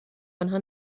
آنها